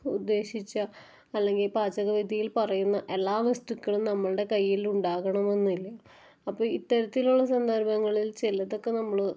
ഉദ്ദേശിച്ച അല്ലെങ്കിൽ പാചകവിധിയില് പറയുന്ന എല്ലാ വസ്തുക്കളും നമ്മളുടെ കയ്യില് ഉണ്ടാകണം എന്നില്ല അപ്പോൾ ഇത്തരത്തിലുള്ള സന്ദര്ഭങ്ങളില് ചിലതൊക്കെ നമ്മൾ